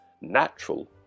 natural